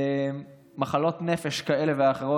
במחלות נפש כאלה ואחרות,